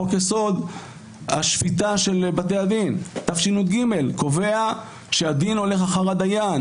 חוק יסוד השפיטה של בתי הדין תשי"ג קובע שהדין הולך אחר הדיין.